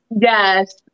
Yes